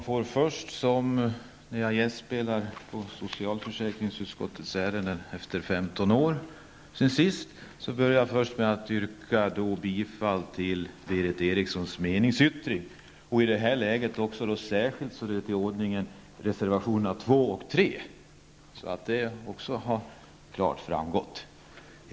Herr talman! Jag gästspelar i detta ärende från socialförsäkringsutskottet. Det är 15 år sedan sist. Jag börjar med att yrka bifall till Berith Erikssons meningsyttring samt till reservationerna 2 och 3, så att detta klart framgår.